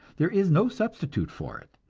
there is no substitute for it,